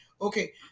Okay